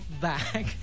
back